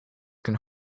can